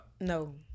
no